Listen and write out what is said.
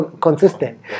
consistent